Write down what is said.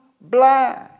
blind